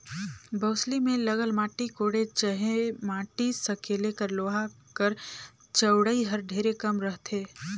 बउसली मे लगल माटी कोड़े चहे माटी सकेले कर लोहा कर चउड़ई हर ढेरे कम रहथे